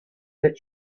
that